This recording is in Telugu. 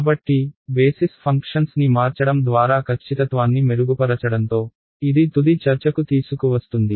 కాబట్టి బేసిస్ ఫంక్షన్స్ ని మార్చడం ద్వారా కచ్చితత్వాన్ని మెరుగుపరచడంతో ఇది తుది చర్చకు తీసుకువస్తుంది